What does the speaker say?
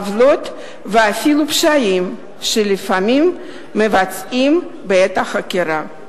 עוולות ואפילו פשעים שלפעמים מבצעים בעת החקירה.